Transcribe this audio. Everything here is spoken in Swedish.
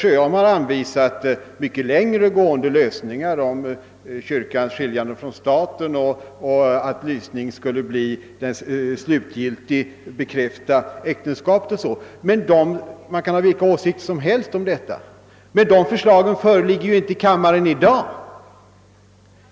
Herr Sjöholm har anvisat mycket längre gående lösningar — kyrkans skiljande från staten, att lysning skulle innebära slutgiltigt bekräftat äktenskap o.s.v. Man kan ha vilka åsikter som helst om dessa tankar, men dessa förslag :öreligger ju inte i dag.